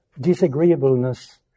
disagreeableness